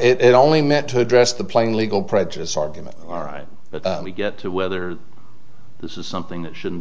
it only meant to address the playing legal prejudice argument all right but we get to whether this is something that should